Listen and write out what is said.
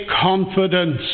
confidence